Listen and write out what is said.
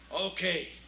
Okay